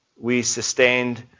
we sustained